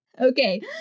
Okay